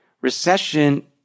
recession